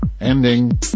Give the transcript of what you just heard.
Ending